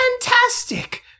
Fantastic